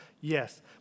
yes